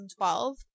2012